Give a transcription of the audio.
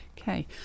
Okay